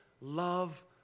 love